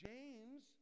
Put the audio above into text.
James